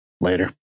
Later